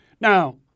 Now